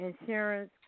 Insurance